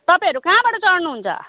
तपाईँहरू कहाँबाट चढ्नुहुन्छ